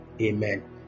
Amen